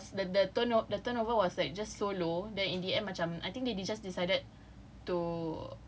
but like the sponsorship rate was the the turnover the turnover was like just so low then in the end macam I think they just decided